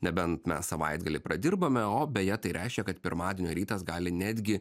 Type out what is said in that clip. nebent mes savaitgalį pradirbame o beje tai reiškia kad pirmadienio rytas gali netgi